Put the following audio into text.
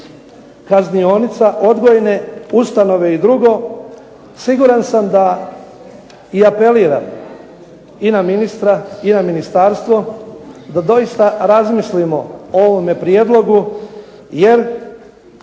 kaznionica, odgojne ustanove i drugo, siguran sam i apeliram i na ministra i na ministarstvo da doista razmislimo o ovome prijedlogu jer